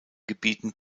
gebieten